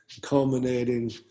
culminating